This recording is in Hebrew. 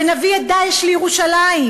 ונביא את "דאעש" לירושלים,